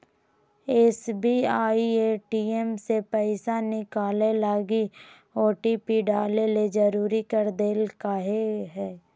SBI ATM से पैसा निकलैय लगी ओटिपी डाले ले जरुरी कर देल कय हें